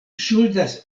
ŝuldas